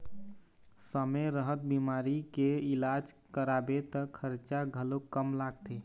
समे रहत बिमारी के इलाज कराबे त खरचा घलोक कम लागथे